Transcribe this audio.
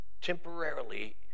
temporarily